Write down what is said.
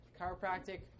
chiropractic